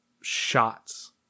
shots